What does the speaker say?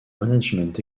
management